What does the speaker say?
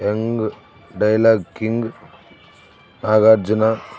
ఎంగ్ dialogue king Nagarjuna